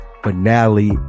Finale